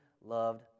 loved